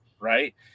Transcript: right